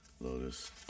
lotus